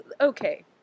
Okay